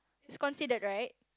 it's considered right